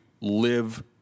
live